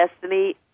Destiny